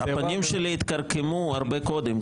הפנים שלי התכרכמו הרבה קודם,